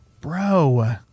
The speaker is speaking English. Bro